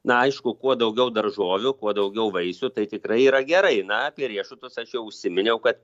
na aišku kuo daugiau daržovių kuo daugiau vaisių tai tikrai yra gerai na apie riešutus aš jau užsiminiau kad